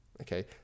okay